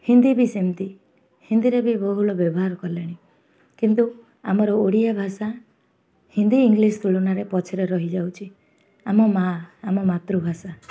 ହିନ୍ଦୀ ବି ସେମିତି ହିନ୍ଦୀରେ ବି ବହୁଗଳ ବ୍ୟବହାର କଲେଣି କିନ୍ତୁ ଆମର ଓଡ଼ିଆ ଭାଷା ହିନ୍ଦୀ ଇଂଲିଶ ତୁଳନାରେ ପଛରେ ରହିଯାଉଛି ଆମ ମା' ଆମ ମାତୃଭାଷା